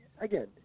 again